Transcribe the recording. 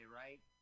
right